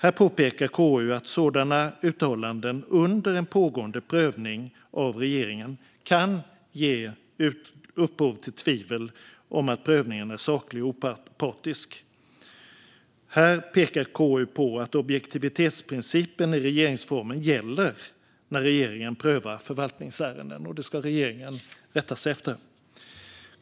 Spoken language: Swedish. KU påpekar att sådana uttalanden under en pågående prövning av regeringen kan ge upphov till tvivel om att prövningen är saklig och opartisk. KU pekar på att objektivitetsprincipen i regeringsformen gäller när regeringen prövar förvaltningsärenden, och det ska regeringen rätta sig efter.